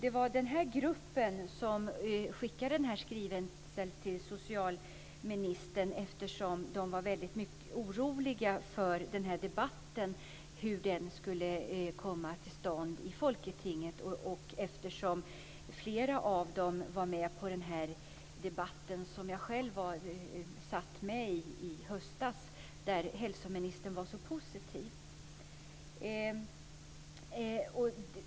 Det var den här gruppen som skickade skrivelsen till socialministern, eftersom de var väldigt oroliga för hur den här debatten skulle komma till stånd i folketinget. Flera av dem var med på den debatt som jag satt med vid i höstas och där hälsoministern var så positiv.